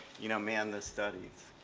you know, man the studies.